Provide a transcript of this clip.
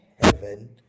heaven